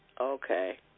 Okay